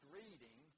reading